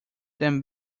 them